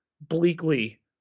bleakly